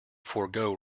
forego